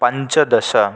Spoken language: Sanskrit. पञ्चदश